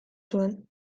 zuen